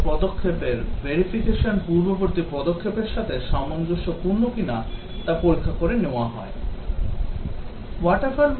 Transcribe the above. সমস্ত পদক্ষেপের verification পূর্ববর্তী পদক্ষেপের সাথে সামঞ্জস্যপূর্ণ কিনা তা পরীক্ষা করে নেওয়া হয়